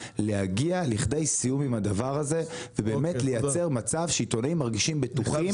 להגיע לכדי סיום עם הדבר הזה ובאמת לייצר מצב שעיתונאים מרגישים בטוחים.